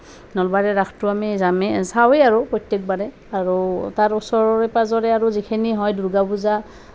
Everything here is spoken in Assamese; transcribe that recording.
নলবাৰী ৰাসটো আমি যামেই চাওঁৱেই আৰু প্ৰত্যেকবাৰে আৰু তাৰ ওচৰে পাঁজৰে আৰু যিখিনি হয় দূৰ্গা পূজা